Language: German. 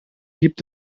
gibt